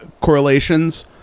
correlations